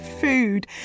food